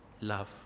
love